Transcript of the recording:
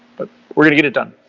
but we're going to get it done.